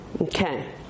Okay